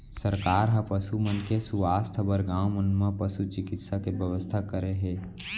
सरकार ह पसु मन के सुवास्थ बर गॉंव मन म पसु चिकित्सा के बेवस्था करे हे